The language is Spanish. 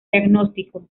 diagnóstico